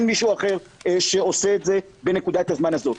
מישהו אחר שעושה את זה בנקודת הזמן הזה.